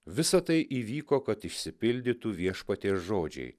visa tai įvyko kad išsipildytų viešpaties žodžiai